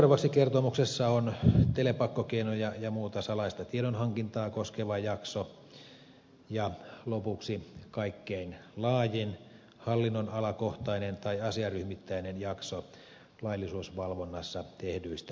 seuraavaksi kertomuksessa on telepakkokeinoja ja muuta salaista tiedonhankintaa koskeva jakso ja lopuksi kaikkein laajin hallinnonalakohtainen tai asiaryhmittäinen jakso laillisuusvalvonnassa tehdyistä havainnoista